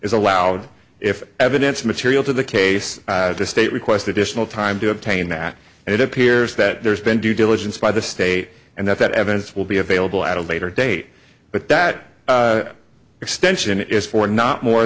is allowed if evidence material to the case the state request additional time to obtain that and it appears that there's been due diligence by the state and that that evidence will be available at a later date but that extension is for not more